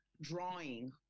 drawing